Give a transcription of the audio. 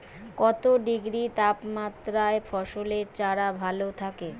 কত ডিগ্রি তাপমাত্রায় ফসলের চারা ভালো থাকে?